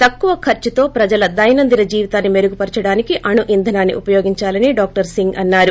తక్కువ ఖర్చుతో ప్రజల దైనందిన జీవితాన్ని మెరుగుపర్చడానికి అణు ఇంధనాన్ని ఉపయోగించాలని డాక్టర్ సింగ్ అన్నారు